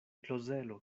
klozelo